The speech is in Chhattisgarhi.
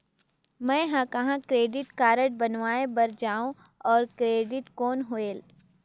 मैं ह कहाँ क्रेडिट कारड बनवाय बार जाओ? और क्रेडिट कौन होएल??